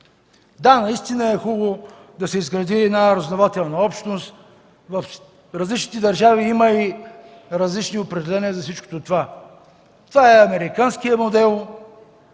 Да, наистина е хубаво да се изгради разузнавателна общност. В различните държави има различни определения за всичко това. Това е американският модел.